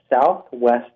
southwest